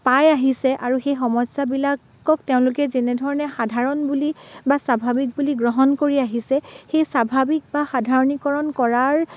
পাই আহিছে আৰু সেই সমস্যাবিলাকক তেওঁলোকে যেনেধৰণে সাধাৰণ বুলি বা স্বাভাৱিক বুলি গ্ৰহণ কৰি আহিছে সেই স্বাভাৱিক বা সাধাৰণীকৰণ কৰাৰ